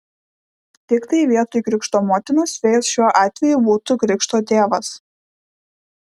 tiktai vietoj krikšto motinos fėjos šiuo atveju būtų krikšto tėvas